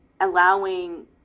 allowing